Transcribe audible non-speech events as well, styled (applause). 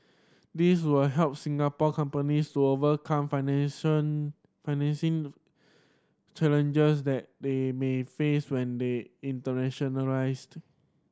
these will help Singapore companies to overcome (unintelligible) financing challenges that they may face when they internationalised